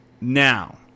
Now